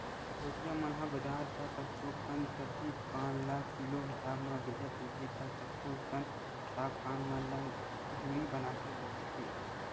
कोचिया मन ह बजार त कतको कन सब्जी पान ल किलो हिसाब म बेचत रहिथे त कतको कन साग पान मन ल जूरी बनाके बेंचथे